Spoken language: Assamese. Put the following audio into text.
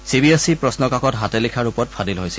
চি বি এছ ইৰ প্ৰশ্নকাকত হাতেলিখা ৰূপত ফাদিল হৈছিল